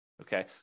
Okay